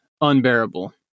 unbearable